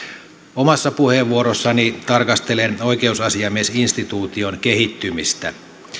omassa puheenvuorossani tarkastelen oikeusasiamiesinstituution kehittymistä